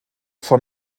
von